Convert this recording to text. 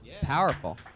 Powerful